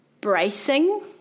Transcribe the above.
Bracing